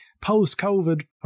post-COVID